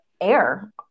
air